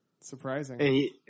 Surprising